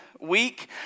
week